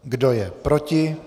Kdo je proti?